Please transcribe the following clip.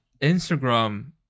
Instagram